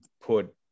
put